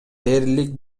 дээрлик